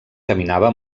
caminava